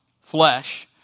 flesh